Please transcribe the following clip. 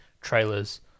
trailers